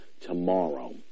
tomorrow